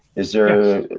is there.